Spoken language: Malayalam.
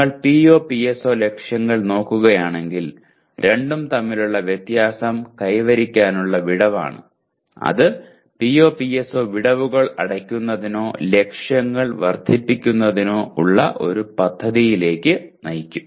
നിങ്ങൾ POPSO ലക്ഷ്യങ്ങൾ നോക്കുകയാണെങ്കിൽ രണ്ടും തമ്മിലുള്ള വ്യത്യാസം കൈവരിക്കാനുള്ള വിടവാണ് അത് POPSO വിടവുകൾ അടയ്ക്കുന്നതിനോ ലക്ഷ്യങ്ങൾ വർദ്ധിപ്പിക്കുന്നതിനോ ഉള്ള ഒരു പദ്ധതിയിലേക്ക് നയിക്കും